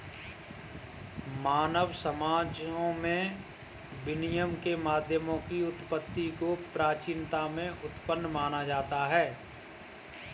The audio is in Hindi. मानव समाजों में विनिमय के माध्यमों की उत्पत्ति को प्राचीनता में उत्पन्न माना जाता है